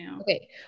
Okay